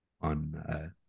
on